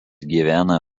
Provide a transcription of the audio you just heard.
gyvena